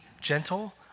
gentle